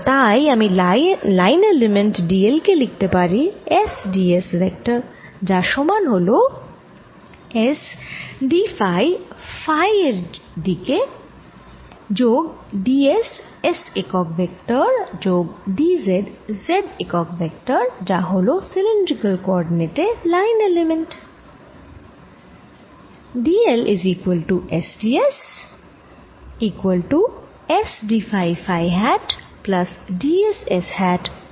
আর তাই আমি line element d l কে লিখতে পারি S d s ভেক্টর যা সমান হল S dফাই ফাই এর দিকে যোগ d s Sএকক ভেক্টর যোগ d z Zএকক ভেক্টর যা হল সিলিন্ড্রিকাল কোঅরডিনেট এ লাইন এলিমেন্ট